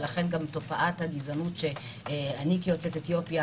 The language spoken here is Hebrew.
ולכן גם תופעת הגזענות שאני כיוצאת אתיופיה